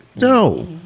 No